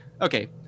Okay